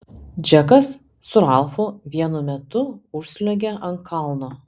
džekas su ralfu vienu metu užsliuogė ant kalno